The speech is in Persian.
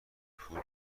پول